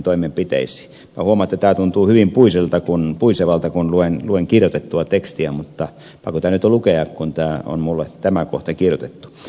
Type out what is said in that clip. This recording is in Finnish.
minä huomaan että tämä tuntuu hyvin puisevalta kun luen kirjoitettua tekstiä mutta pakko tämä nyt on lukea kun minulle on tämä kohta kirjoitettu